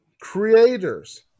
creators